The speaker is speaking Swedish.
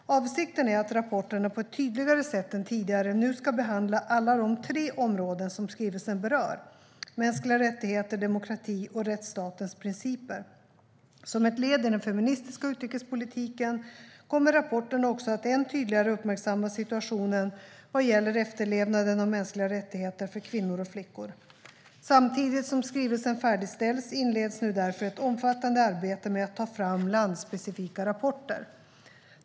Avsikten är att rapporterna på ett tydligare sätt än tidigare nu ska behandla alla de tre områden som skrivelsen berör: mänskliga rättigheter, demokrati och rättsstatens principer. Som ett led i den feministiska utrikespolitiken kommer rapporterna också att än tydligare uppmärksamma situationen vad gäller efterlevnaden av mänskliga rättigheter för kvinnor och flickor. Samtidigt som skrivelsen färdigställs inleds nu därför ett omfattande arbete med att ta fram landspecifika rapporter.